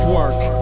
work